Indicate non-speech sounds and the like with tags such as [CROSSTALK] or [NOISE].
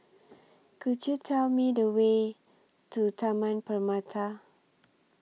[NOISE] Could YOU Tell Me The Way to Taman Permata